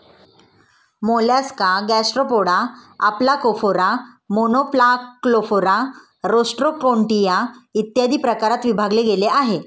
Mollusca Gastropoda, Aplacophora, Monoplacophora, Rostroconchia, इत्यादी प्रकारात विभागले गेले आहे